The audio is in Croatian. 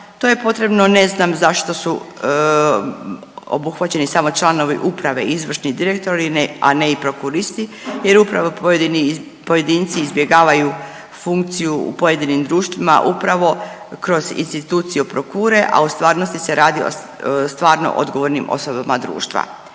to je potrebno ne znam zašto su obuhvaćeni samo članovi uprave, izvršni direktori, a ne i prokuristi, jer upravo pojedinci izbjegavaju funkciju u pojedinim društvima upravo kroz instituciju prokure, a u stvarnosti se radi o stvarno odgovornim osobama društva